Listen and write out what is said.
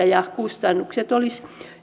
ja kustannukset olisivat